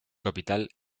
capital